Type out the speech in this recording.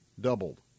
doubled